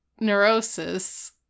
neurosis